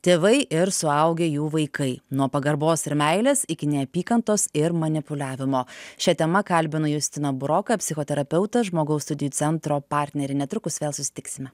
tėvai ir suaugę jų vaikai nuo pagarbos ir meilės iki neapykantos ir manipuliavimo šia tema kalbinu justina buroką psichoterapeutą žmogaus studijų centro partnerį netrukus vėl susitiksime